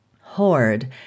hoard